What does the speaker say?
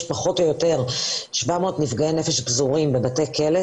פחות או יותר 700 נפגעי נפש פזורים בבתי הכלא.